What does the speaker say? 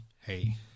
hey